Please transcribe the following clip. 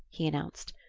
he announced,